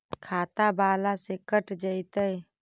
खाता बाला से कट जयतैय?